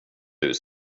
fint